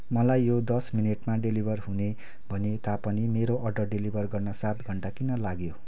मलाई यो दस मिनटमा डेलिभर हुने भनिए तापनि मेरो अर्डर डेलिभर गर्न सात घन्टा किन लाग्यो